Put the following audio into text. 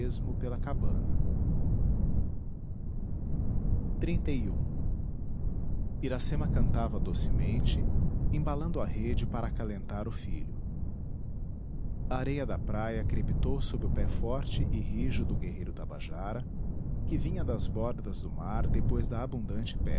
volveu a esmo pela cabana iracema cantava docemente embalando a rede para acalentar o filho a areia da praia crepitou sob o pé forte e rijo do guerreiro tabajara que vinha das bordas do mar depois da abundante